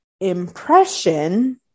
impression